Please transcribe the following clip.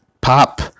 pop